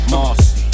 Marcy